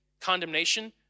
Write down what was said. condemnation